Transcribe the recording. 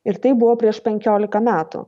ir tai buvo prieš penkiolika metų